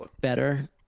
better